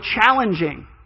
challenging